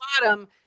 bottom